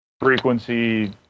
frequency